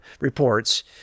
reports